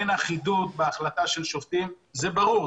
אין אחידות בהחלטה של שופטים זה ברור,